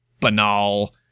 banal